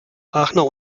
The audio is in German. aachener